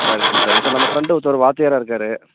சரி சார் சரி சார் நம்ப ஃப்ரெண்டு ஒருத்தர் வாத்தியாராக இருக்கார்